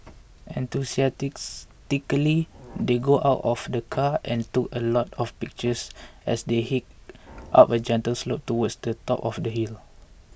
enthusiastically they got out of the car and took a lot of pictures as they hiked up a gentle slope towards the top of the hill